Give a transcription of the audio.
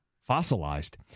Fossilized